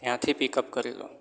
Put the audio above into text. ત્યાંથી પિકઅપ કરી લો